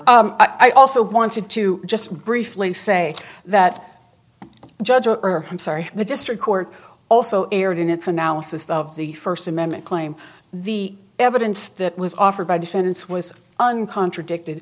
maybe i also wanted to just briefly say that judges are i'm sorry the district court also erred in its analysis of the first amendment claim the evidence that was offered by defendants was on contradicted